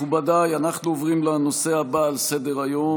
מכובדיי, אנחנו עוברים לנושא הבא על סדר-היום: